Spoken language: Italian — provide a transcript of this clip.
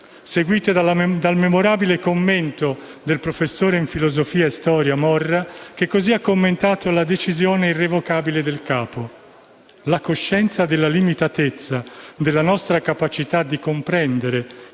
seguite dal memorabile commento del professore in filosofia e storia Morra, che ha così commentato la decisione irrevocabile del capo: